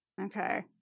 Okay